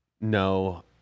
no